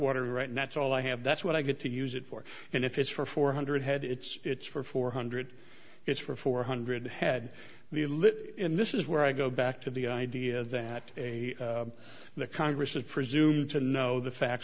water right and that's all i have that's what i get to use it for and if it's for four hundred had it's for four hundred it's for four hundred head the live in this is where i go back to the idea that the congress is presumed to know the facts